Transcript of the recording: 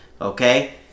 okay